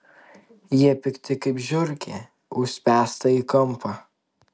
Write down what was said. jie pikti kaip žiurkė užspęsta į kampą